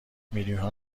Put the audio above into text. میلیونها